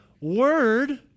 Word